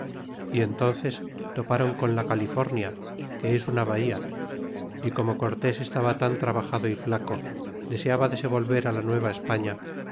y entón ces topron con la california que es una bahía y como cortés estaba tan trabajado y flaco deseaba se volver á la